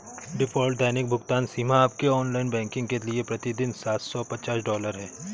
default दैनिक भुगतान सीमा आपके ऑनलाइन बैंकिंग के लिए प्रति दिन सात सौ पचास डॉलर है